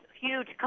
huge